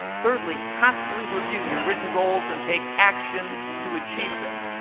thirdly, constantly review your written goals and take action to achieve them.